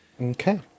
Okay